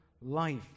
life